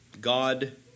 God